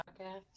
Podcast